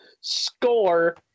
score